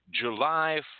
July